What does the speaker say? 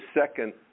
second